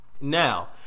Now